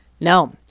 No